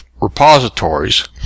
repositories